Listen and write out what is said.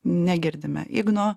negirdime igno